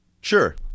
Sure